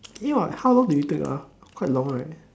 I think what how long did we take ah quite long right